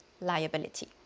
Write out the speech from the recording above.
liability